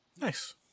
Nice